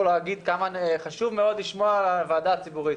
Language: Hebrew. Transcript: להגיד עד כמה חשוב מאוד לשמוע את הוועדה הציבורית.